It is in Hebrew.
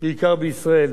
בשנים האחרונות